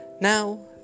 Now